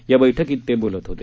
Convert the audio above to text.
या बैठकीत ते बोलत होते